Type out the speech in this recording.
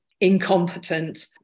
incompetent